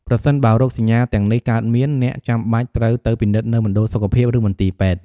ប្រសិនបើរោគសញ្ញាទាំងនេះកើតមាន អ្នកចាំបាច់ត្រូវទៅពិនិត្យនៅមណ្ឌលសុខភាព ឬមន្ទីរពេទ្យ។